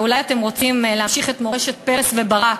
ואולי אתם רוצים להמשיך את מורשת פרס וברק,